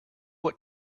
what